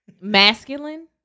masculine